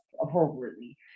appropriately